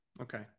Okay